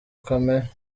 kamere